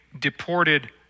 deported